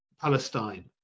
Palestine